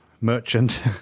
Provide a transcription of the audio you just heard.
merchant